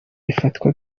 ifatwa